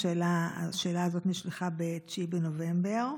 השאלה הזאת נשלחה ב-9 בנובמבר,